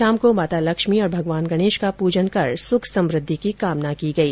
शाम को माता लक्ष्मी और भगवान गणेश का प्रजन कर सुख समृद्धि की कामना की गई